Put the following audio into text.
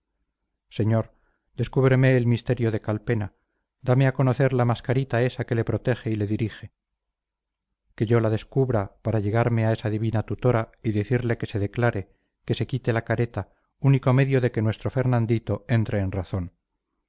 señor descúbreme el misterio de calpena dame a conocer la mascarita esa que le protege y le dirige que yo la descubra para llegarme a esa divina tutora y decirle que se declare que se quite la careta único medio de que nuestro fernandito entre en razón